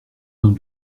homme